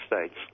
States